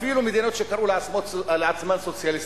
אפילו במדינות שקראו לעצמן סוציאליסטיות,